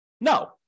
No